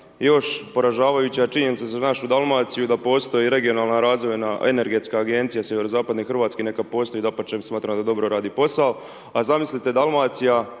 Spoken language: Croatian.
Još poražavajuća je činjenica za našu Dalmaciju da postoje i regionalna razvojna, energetska agencija sjeverozapadne hrvatske, neka postoji, dapače, smatram da dobro radi posao. A zamislite Dalmacija